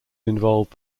involved